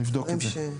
נבדוק את זה.